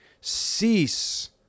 Cease